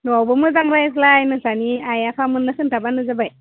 न'आवबो मोजां रायज्लाय नोंस्रानि आइ आफामोननो खोन्थाब्लानो जाबाय